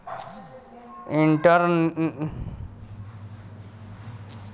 chitosan जादा खइले से पेट खराब हो जाला